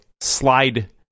slide